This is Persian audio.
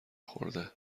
خورده